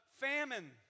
famine